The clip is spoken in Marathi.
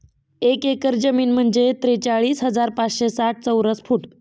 एक एकर जमीन म्हणजे त्रेचाळीस हजार पाचशे साठ चौरस फूट